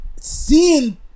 Seeing